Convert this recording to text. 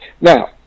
Now